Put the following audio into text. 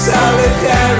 Solidarity